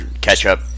ketchup